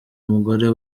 umugore